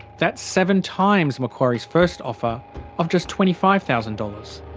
that's seven times macquarie's first offer of just twenty five thousand dollars.